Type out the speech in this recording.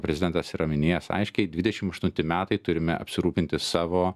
prezidentas yra minėjęs aiškiai dvidešim aštunti metai turime apsirūpinti savo